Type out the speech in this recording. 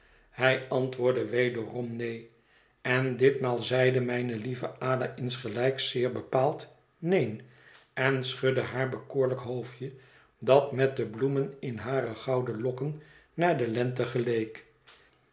hij antwoordde wederom neen en ditmaal zeide mijne lieve ada insgelijks zeer bepaald neen en schudde haar bekoorlijk hoofdje dat met de bloemen in hare gouden lokken naar de lente geleek